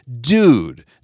dude